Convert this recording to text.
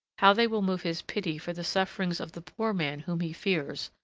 how they will move his pity for the sufferings of the poor man whom he fears,